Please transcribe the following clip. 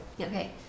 Okay